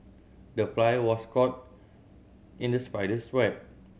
the fly was caught in the spider's web